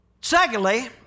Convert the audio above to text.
Secondly